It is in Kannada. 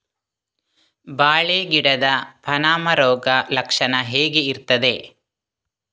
ಬಾಳೆ ಗಿಡದ ಪಾನಮ ರೋಗ ಲಕ್ಷಣ ಹೇಗೆ ಇರ್ತದೆ?